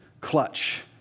clutch